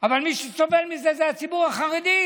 אבל מי שסובל מזה זה הציבור החרדי,